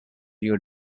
your